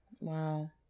Wow